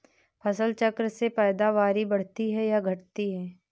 फसल चक्र से पैदावारी बढ़ती है या घटती है?